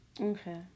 Okay